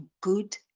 good